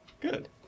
Good